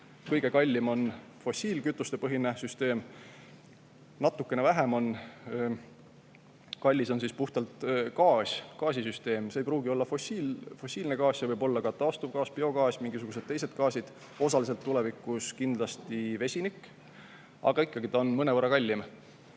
kõige kallim on fossiilkütustepõhine süsteem. Natukene vähem kallis on puhtalt gaas, gaasisüsteem, see ei pruugi olla fossiilne gaas, see võib olla ka taastuvgaas, biogaas, mingisugune teine gaasid, osaliselt tulevikus kindlasti vesinik. Aga ikkagi ta on mõnevõrra kallim.